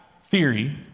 theory